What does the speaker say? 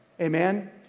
Amen